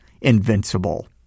invincible